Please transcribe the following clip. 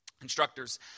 instructors